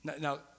now